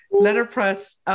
letterpress